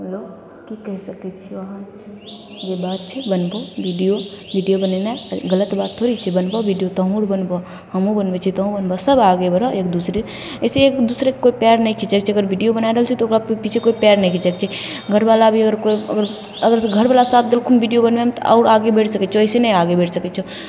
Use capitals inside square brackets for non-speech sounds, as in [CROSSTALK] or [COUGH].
[UNINTELLIGIBLE] कि कहि सकै छिअऽ हम जे बात छै बनबहो वीडिओ वीडिओ बनेनाइ तऽ गलत बात थोड़े छै बनबऽ वीडिओ तोहूँ बनबऽ हमहूँ बनबै छिए तोहूँ बनबऽ सभ आगे बढ़ऽ एक दोसरे अइसे एक दोसराके कोइ पाएर नहि खिचै छै अगर वीडिओ बना रहल छै तऽ ओकरा पीछे कोइ पाएर नहि घिचै छै घरवला भी अगर कोइ अगर से घरवला साथ देलखुन वीडिओ बनबैमे तऽ आओर आगे बढ़ि सकै छऽ अइसे नहि आगे बढ़ि सकै छऽ